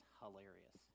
hilarious